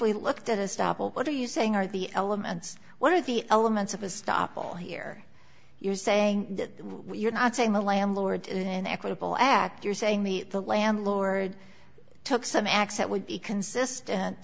we looked at a stop what are you saying are the elements what are the elements of a stoppel here you're saying that we're not saying the landlord is an equitable act you're saying the landlord took some x that would be consistent